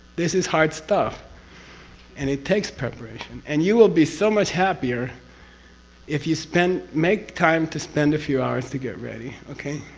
this is hard stuff and it takes preparation, and you will be so much happier if you spend. make time to spend a few hours to get ready, okay,